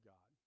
God